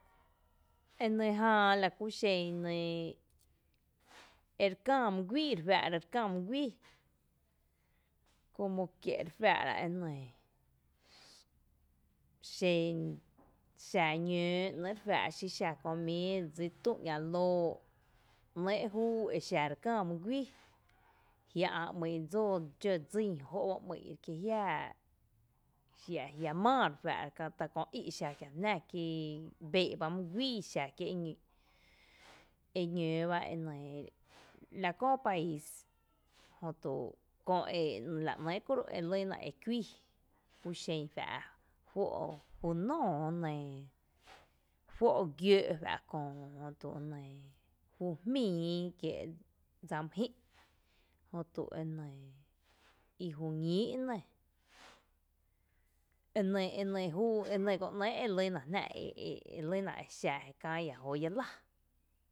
E nɇ jää la kú xen nɇɇ ere käá mý guíi re käá mý guíi, como que re faa’ra e nɇɇ xen xa ñóo ‘nɇ’ xí xa kö mii dsí tü ‘ña loo nɇɇ’ júú exa re kää mý guíi ajia’ ä’ ‘my’n dsoo dxó dsín jó’ ba ‘mý’n kí ajia maa re faa’ra k ata kö í’ xa kiaa jná kí bee’ ba mý guíi xa kí eñoo ba e nɇɇ la köö país, jötu kö la ‘nɇɇ’ kúro’ e lɇna e kuíi kuxen fa’ fó’ ju nóoó nɇ, fó’ giǿǿ’ fá’ kö’, ju jmíií kié’ dsa my jï’ jötu e nɇɇ ju ñíií’ nɇ, e nɇ e nɇ júu, e nɇ bá nɇɇ’ e lɇ na exa la kää lla jóoó llá lⱥ.